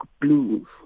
blue